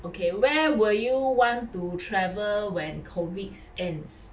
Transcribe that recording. okay where will you want to travel when COVID ends